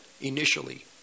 initially